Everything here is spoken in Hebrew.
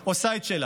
עושה את שלה.